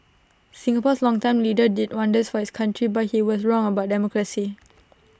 Singapore's longtime leader did wonders for his country but he was wrong about democracy